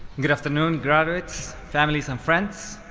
good afternoon graduates, families and friends.